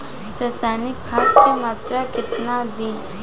रसायनिक खाद के मात्रा केतना दी?